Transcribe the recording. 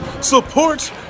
Support